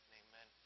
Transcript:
amen